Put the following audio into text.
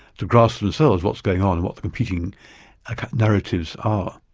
to grasp themselves what's going on, what the competing narratives are.